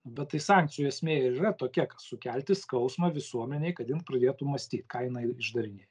bet tai sankcijų esmė ir yra tokia kad sukelti skausmą visuomenei kad jin pradėtų mąstyt ką jinai išdarinėj